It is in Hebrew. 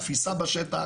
התפיסה בשטח,